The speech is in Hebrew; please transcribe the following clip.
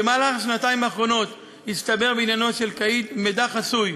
במהלך השנתיים האחרונות הצטבר בעניינו של קאיד מידע חסוי